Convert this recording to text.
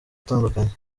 atandukanye